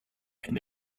and